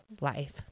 life